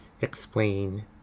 explain